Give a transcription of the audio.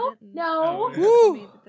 no